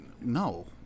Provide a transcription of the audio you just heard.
No